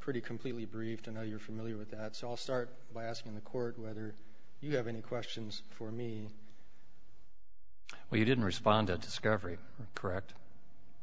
pretty completely briefed and oh you're familiar with that's all start by asking the court whether you have any questions for me well you didn't respond to discovery correct